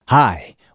Hi